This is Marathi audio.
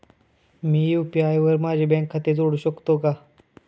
मी यु.पी.आय वर माझे बँक खाते जोडू शकतो का?